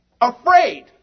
Afraid